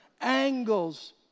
angles